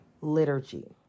liturgy